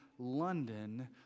London